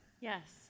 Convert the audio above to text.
Yes